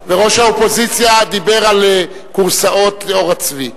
וראש האופוזיציה דיבר על כורסאות עור הצבי.